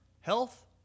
health